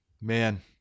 Man